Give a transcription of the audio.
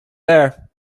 there